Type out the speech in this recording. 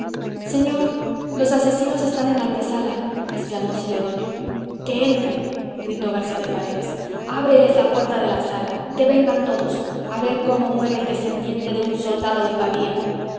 señor los asesinos están en la antesala exclamó celedonio que entren gritó garcía de paredes ábreles la puerta de la sala qué vengan todos a ver cómo muere el descendiente de un soldado de pavía